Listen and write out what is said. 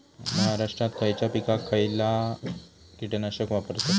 महाराष्ट्रात खयच्या पिकाक खयचा कीटकनाशक वापरतत?